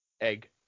egg